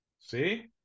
see